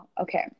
okay